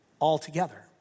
altogether